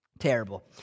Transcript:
terrible